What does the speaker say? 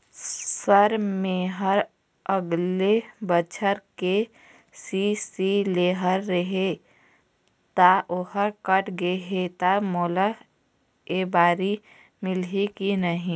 Sir मेहर अगले बछर के.सी.सी लेहे रहें ता ओहर कट गे हे ता मोला एबारी मिलही की नहीं?